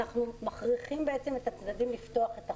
אנחנו מכריחים את הצדדים לפתוח את החוזה.